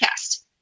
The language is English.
podcast